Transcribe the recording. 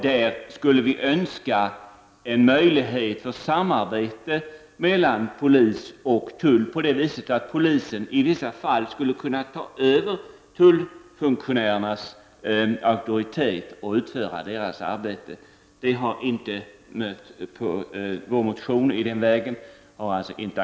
Vi skulle önska att det fanns möjlighet till samarbete mellan polis och tull, så att polisen i vissa fall skulle kunna ta över tullfunktionärernas auktoritet och utföra deras arbete. Vår motion har inte accepterats av utskottet. Vi har fått reservera oss på den punkten.